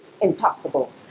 impossible